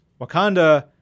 Wakanda